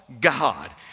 god